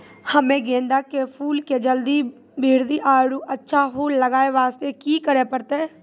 हम्मे गेंदा के फूल के जल्दी बृद्धि आरु अच्छा फूल लगय वास्ते की करे परतै?